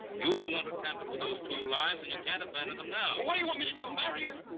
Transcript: you were the one who tampered with those two lives and you can't abandon them now. well, what do you want me to do, marry her!